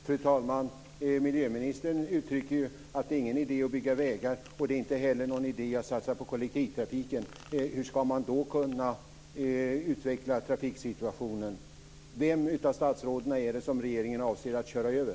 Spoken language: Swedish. Fru talman! Miljöministern uttrycker ju att det inte är någon idé att bygga vägar och att det inte heller är någon idé att satsa på kollektivtrafiken. Hur ska man då kunna utveckla trafiksituationen? Vilket av statsråden avser regeringen att köra över?